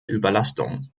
überlastung